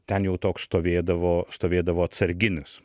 ten jau toks stovėdavo stovėdavo atsarginis